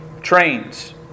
trains